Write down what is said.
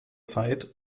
zeit